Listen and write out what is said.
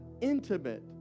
intimate